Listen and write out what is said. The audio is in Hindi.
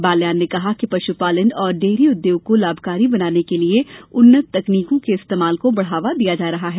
बाल्यान ने कहा कि पशुपालन और डेयरी उद्योग को लाभकारी बनाने के लिए उन्नत तकनीकों के इस्तेमाल को बढावा दिया जा रहा है